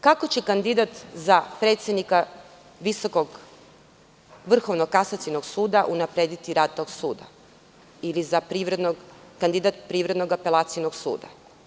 Kako će kandidat za predsednika Vrhovnog kasacionog suda unaprediti rad tog suda ili kandidati Privrednog apelacionog suda?